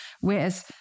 Whereas